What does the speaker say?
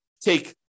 take